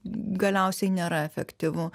galiausiai nėra efektyvu